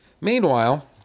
meanwhile